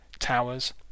Towers